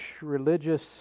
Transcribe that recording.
religious